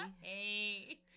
Hey